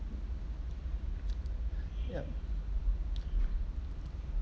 yup